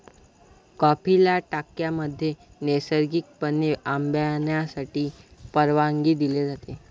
कॉफीला टाक्यांमध्ये नैसर्गिकपणे आंबवण्यासाठी परवानगी दिली जाते